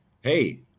hey